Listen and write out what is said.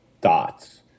dots